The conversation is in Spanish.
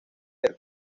del